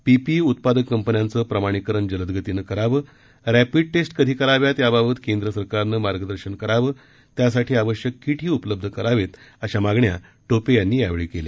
PPE उत्पादक कंपन्यांचं प्रमाणीकरण जलदगतीनं करावं रॅपीड टेस्ट कधी कराव्यात याबाबत केंद्र सरकारनं मार्गदर्शन करावं त्यासाठी आवश्यक किटही उपलब्ध करावेत अशा मागण्या टोपे यांनी यावेळी केल्या